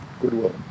goodwill